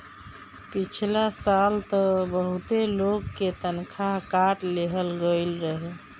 पिछला साल तअ बहुते लोग के तनखा काट लेहल गईल रहे